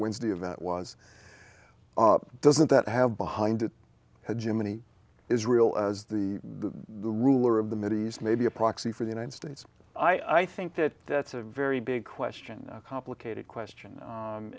wednesday event was doesn't that have behind jimmy israel as the the ruler of the middle east maybe a proxy for the united states i think that that's a very big question a complicated question